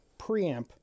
preamp